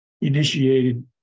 initiated